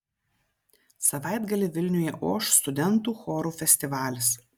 savaitgalį vilniuje oš studentų chorų festivalis